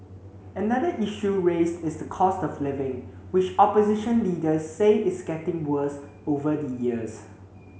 another issue raised is the cost of living which opposition leaders say is getting worse over the years